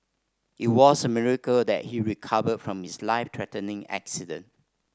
it was a miracle that he recovered from his life threatening accident